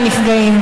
והנפגעים,